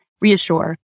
Reassure